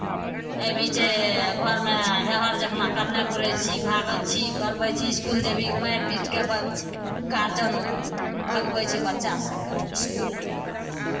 एहि बीचे घरमे हेहर जेना करने घुरै छी भागल छी पढ़बै छी इसकुल जेबही मारि पीटि कऽ ब गारजियन भगबै छै बच्चा सभकेँ इसकुलमे